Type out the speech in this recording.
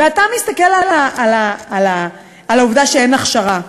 ואתה מסתכל על העובדה שאין הכשרה,